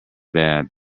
bad